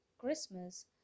Christmas